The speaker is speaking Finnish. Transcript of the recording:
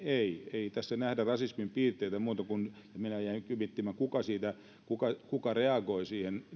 ei tässä nähdä rasismin piirteitä minä jäin miettimään kuka kuka reagoi siihen